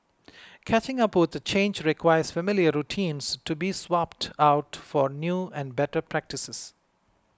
catching up with change requires familiar routines to be swapped out for new and better practices